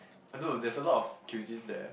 I know there's a lot of cuisines there